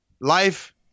life